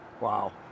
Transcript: Wow